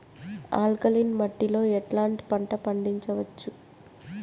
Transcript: Alkaline మట్టి లో ఎట్లాంటి పంట పండించవచ్చు,?